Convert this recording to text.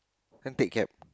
take cab